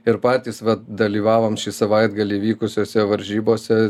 ir patys dalyvavom šį savaitgalį vykusiose varžybose